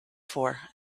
for